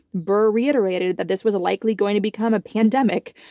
barr reiterated that this was likely going to become a pandemic.